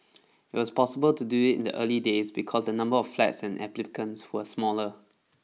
it was possible to do it in the early days because the number of flats and applicants were smaller